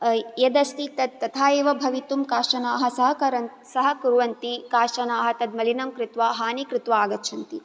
यदस्ति तत् तथा एव भवितुं काश्चनाः सहकरन् सहकुर्वन्ति काश्चनाः तद् मलिनं कृत्वा हानि कृत्वा आगच्छन्ति